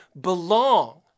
belong